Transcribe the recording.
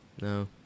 No